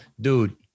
dude